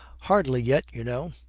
hardly yet, you know.